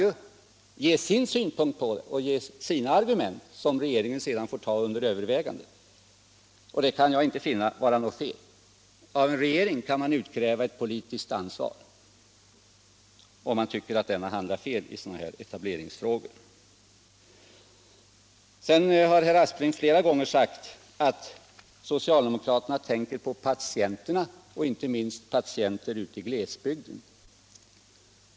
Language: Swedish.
Verket kan ju lägga fram sin syn och anföra sina argument som regeringen sedan får ta under övervägande. Det kan jag inte finna vara något fel. Av en regering kan man kräva ut politiskt ansvar, om man tycker att den handlat fel i sådana här etableringsfrågor. Herr Aspling har flera gånger sagt att socialdemokraterna tänker på patienterna och inte minst på patienter i glesbygden.